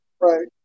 right